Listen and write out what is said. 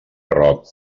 roc